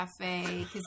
Cafe